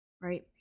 right